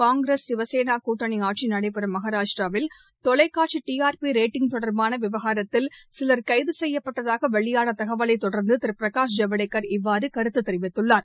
காய்கிரஸ் சிவசேனா கூட்டணி அட்சி நடைபெறும் மஹாராஷ்ட்ராவில் தொலைக்காட்சி டி ஆர்பி ரேட்டிங் தொடர்பான விவகாரத்தில் சிலர் கைது செய்யப்பட்டதாக வெளியான தகவலை தொடர்ந்து திரு பிரகாஷ் ஜவடேகர் இவ்வாறு கருத்து தெரிவித்துள்ளார்